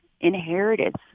inherited